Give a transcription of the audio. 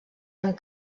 amb